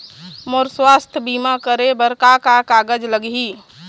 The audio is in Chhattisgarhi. मोर स्वस्थ बीमा करे बर का का कागज लगही?